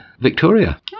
Victoria